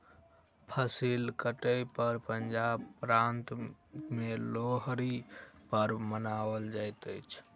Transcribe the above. फसिल कटै पर पंजाब प्रान्त में लोहड़ी पर्व मनाओल जाइत अछि